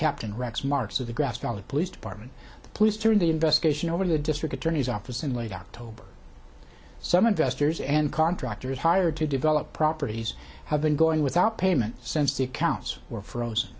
captain rex marks of the grass valley police department the police turned the investigation over to the district attorney's office in late october some investors and contractors hired to develop properties have been going without payment since the accounts were froze